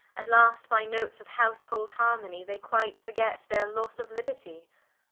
at last, by notes of houshold harmonie, they quite forget their losse of libertie.